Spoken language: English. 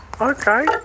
okay